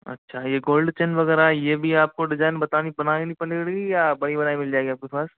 अच्छा ये gold chain वगैरह ये भी आपको डिजाइन बतानी बनानी पड़ेगी या बनी बनाई मिल जाएगी आपके पास